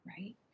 right